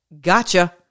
Gotcha